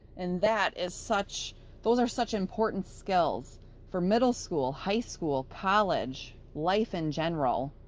and that is such those are such important skills for middle school, high school, college, life in general.